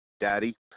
daddy